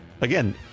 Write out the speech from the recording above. again